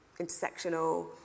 intersectional